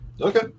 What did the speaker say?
Okay